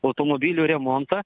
automobilių remontą